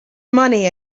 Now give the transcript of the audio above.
money